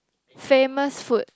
famous food